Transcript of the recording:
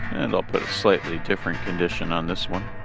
and i'll put a slightly different condition on this one